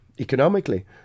economically